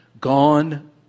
gone